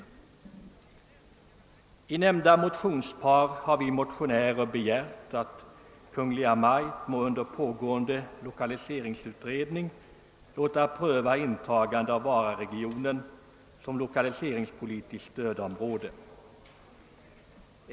I nämnda motionspar har vi motionärer begärt att Kungl. Maj:t må under pågående <lokaliseringsutredning låta pröva intagande av Vararegionen som lokaliseringspolitiskt stödområde.